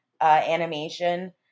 animation